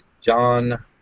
John